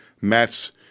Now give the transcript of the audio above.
Matt's